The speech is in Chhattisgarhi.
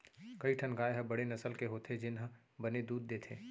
कई ठन गाय ह बड़े नसल के होथे जेन ह बने दूद देथे